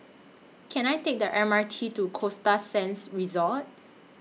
Can I Take The M R T to Costa Sands Resort